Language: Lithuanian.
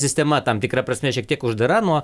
sistema tam tikra prasme šiek tiek uždara nuo